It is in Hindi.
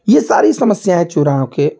यह सारी समस्याएँ चुनाव के